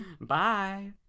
Bye